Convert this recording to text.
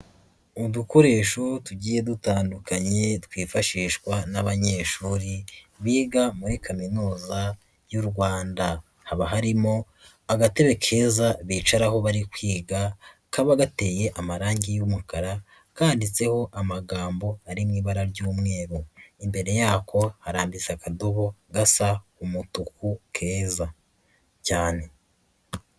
Udukoresho tugiye dutandukanye twifashishwa n'abanyeshuri biga muri Kaminuza y'u Rwanda, haba harimo agatebe keza bicaraho bari kwiga kaba gateye amarangi y'umukara kanditseho amagambo ari mu ibara ry'umweru, imbere yako harambitse akadobo gasa umutuku keza cyane.